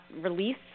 release